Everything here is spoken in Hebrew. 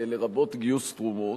לרבות גיוס תרומות,